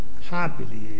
happily